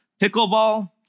Pickleball